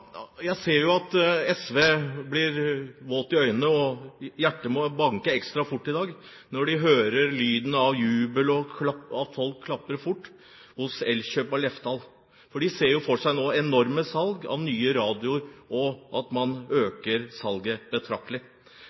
ser at representantene fra SV blir våt i øynene, og hjertet må banke ekstra fort i dag når de hører lyden av jubel og av folk som klapper hos Elkjøp og Lefdal – for de ser jo nå for seg enorme salg av nye radioer, og at man øker salget betraktelig.